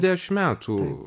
dešim metų